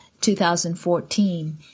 2014